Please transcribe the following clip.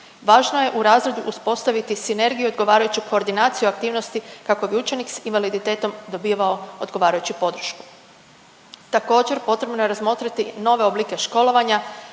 Važno je u razredu uspostaviti sinergiju i odgovarajuću koordinaciju aktivnosti kako bi učenik s invaliditetom dobivao odgovarajuću podršku. Također potrebno je razmotriti i nove oblike školovanja